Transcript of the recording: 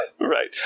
Right